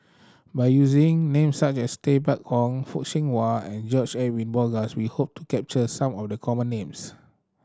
by using names such as Tay Bak Koi Fock Siew Wah and George Edwin Bogaars we hope to capture some of the common names